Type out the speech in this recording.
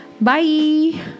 Bye